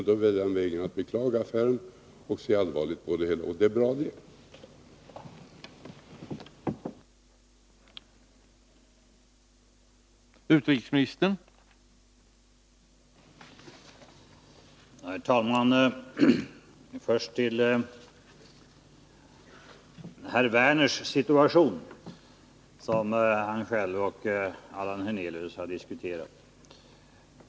Då väljer han att beklaga affären och att se allvarligt på det hela — och det är också bra.